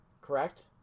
correct